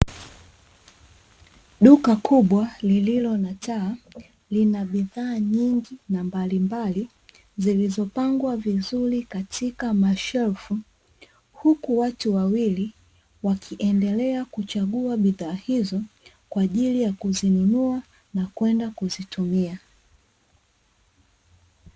Duka kubwa lililo na taa, lina bidhaa nyingi na mbalimbali zilizopangwa vizuri katika mashelfu. Huku watu wawili wakiendelea kuchagua bidhaa hizo, kwa ajili ya kuzinunua na kwenda kuzitumia.